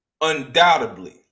undoubtedly